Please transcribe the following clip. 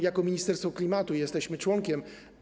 Jako ministerstwo klimatu jesteśmy tego członkiem.